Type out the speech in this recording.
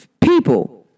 people